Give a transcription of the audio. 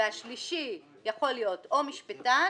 והשלישי יכול להיות או משפטן